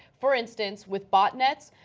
for instance, with botnets.